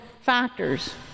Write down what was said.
factors